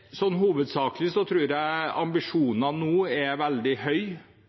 Hovedsakelig tror jeg ambisjonene nå er veldig